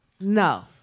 No